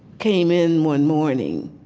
came in one morning,